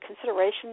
considerations